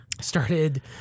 started